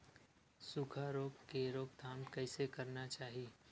सुखा रोग के रोकथाम कइसे करना चाही?